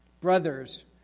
Brothers